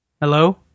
Hello